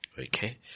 Okay